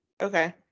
Okay